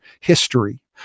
history